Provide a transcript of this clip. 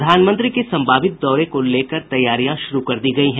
प्रधानमंत्री के संभावित दौरे को लेकर तैयारियां शुरू कर दी गयी है